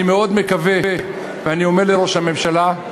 אני מאוד מקווה, ואומר לראש הממשלה,